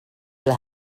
will